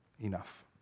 enough